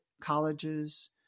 colleges